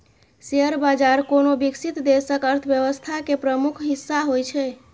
share बाजार कोनो विकसित देशक अर्थव्यवस्था के प्रमुख हिस्सा होइ छै